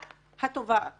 רק התובעת